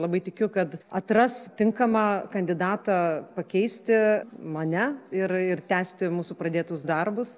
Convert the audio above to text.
labai tikiu kad atras tinkamą kandidatą pakeisti mane ir ir tęsti mūsų pradėtus darbus